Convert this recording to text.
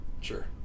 Sure